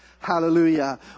Hallelujah